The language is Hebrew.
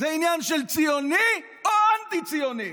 זה עניין של ציוני או אנטי-ציוני,